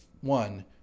one